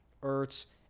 Ertz